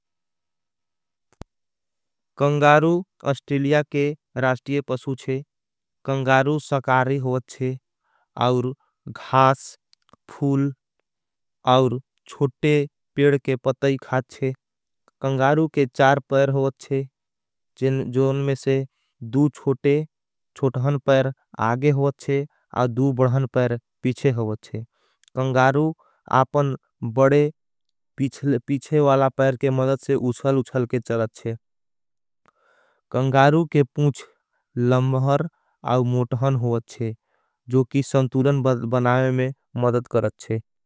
Kangaroo Australia के राष्टिये पसू छे कंगारू सकारी होत। छे और घास फूल और छोटे पेड के पताई खाथ छे कंगारू। के चार पेड होत छे जिन जोन में से दू चोटे चोटहन पेड आगे। होत छे और दू बढहन पेड पीछे होत छे कंगारू आपन बड़े। पीछे वाला पैर के मदद से उचल उचल के चलत छे कंगारू के। पूछ लंबहर और मोटहन होत छे जो की संतुरन बनाये में मदद करत छे।